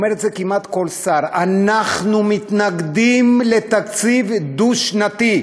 אומר את זה כמעט כל שר: אנחנו מתנגדים לתקציב דו-שנתי,